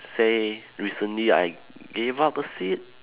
say recently I gave up a seat